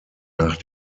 nach